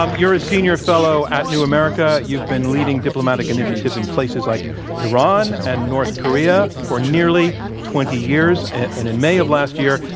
um you're a senior fellow at new america. you've been leading diplomatic initiatives in places like iran and north korea for nearly twenty years. and in may of last year,